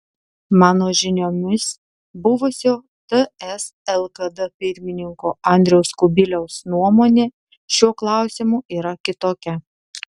mano žiniomis buvusio ts lkd pirmininko andriaus kubiliaus nuomonė šiuo klausimu yra kitokia